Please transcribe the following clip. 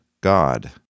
God